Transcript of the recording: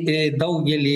į daugelį